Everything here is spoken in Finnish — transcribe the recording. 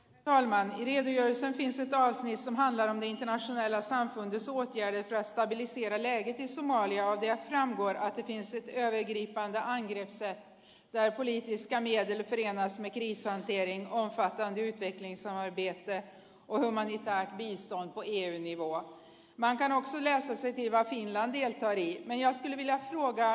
aivan pieni osa niin se taas niin saman läänin naiselle jossa on kyse on jäänyt rasvadivision leiri maalia ja vuodatettiin sitten äidit ja angie se jää oli mieltynyt viriämässä niissä on keinonsa vääntyi sekin saa viettää kotonaan tai niistä on koirien nivoa mäntän on yleensä sen hyvää finlandia tai jos herr talman